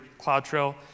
CloudTrail